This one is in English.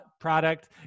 product